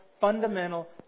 fundamental